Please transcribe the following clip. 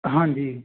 ਹਾਂਜੀ